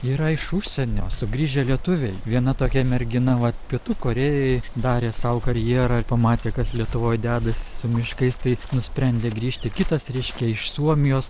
yra iš užsienio sugrįžę lietuviai viena tokia mergina vat pietų korėjoj darė sau karjerą ir pamatė kas lietuvoj dedasi su miškais tai nusprendė grįžti kitas reiškia iš suomijos